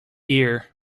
ear